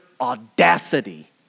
audacity